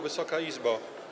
Wysoka Izbo!